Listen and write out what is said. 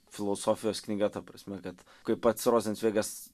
filosofijos knyga ta prasme kad kaip pats rozencveigas